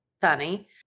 funny